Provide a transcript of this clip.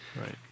right